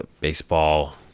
baseball